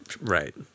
right